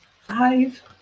Five